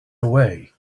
away